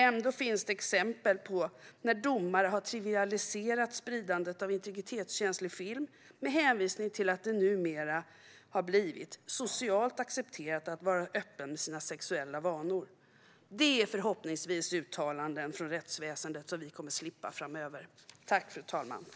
Ändå finns det exempel på när domare har trivialiserat spridandet av integritetskänslig film med hänvisning till att det har blivit socialt accepterat att vara öppen med sina sexuella vanor. Sådana uttalanden från rättsväsendet kommer vi förhoppningsvis att slippa framöver.